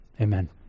Amen